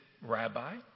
rabbi